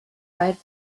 wide